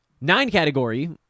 nine-category